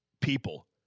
people